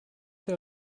der